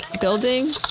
building